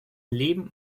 leben